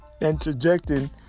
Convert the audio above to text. interjecting